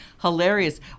hilarious